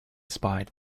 spied